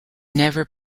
never